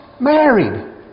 married